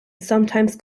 sometimes